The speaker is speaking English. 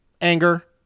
anger